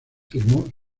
firmó